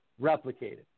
replicated